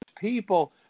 people